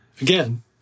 again